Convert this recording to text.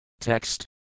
Text